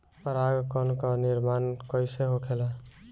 पराग कण क निर्माण कइसे होखेला?